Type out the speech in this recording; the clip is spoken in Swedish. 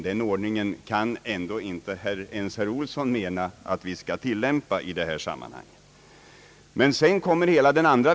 Den ordningen kan ändå inte ens herr Olsson mena att vi skall tilllämpa i det här sammanhanget.